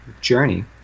journey